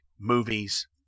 movies